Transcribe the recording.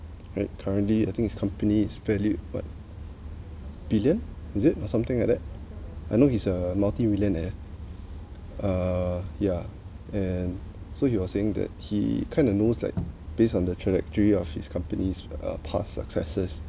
right currently I think his company is valued but one billion is it or something like that I know he's a multi millionaire uh yeah and so you are saying that he kind of knows like based on the trajectory of his company's past successes